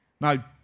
Now